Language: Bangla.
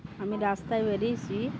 আমি রাস্তায় বেরিয়েছি